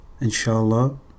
Inshallah